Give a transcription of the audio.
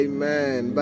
Amen